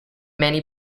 many